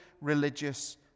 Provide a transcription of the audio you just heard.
religious